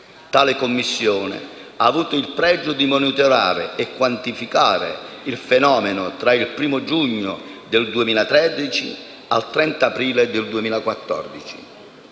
Tale Commissione ha avuto il pregio di monitorare e quantificare il fenomeno tra il 1° giugno 2013 e il 30 aprile 2014.